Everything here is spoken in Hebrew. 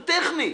הוא טכני.